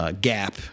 Gap